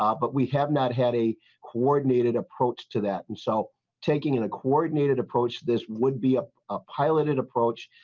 um but we have not had a coordinated approach to that and so taking and a coordinated approach this would be a a pilot in approach.